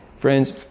Friends